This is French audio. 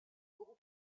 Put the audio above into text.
groupe